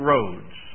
Roads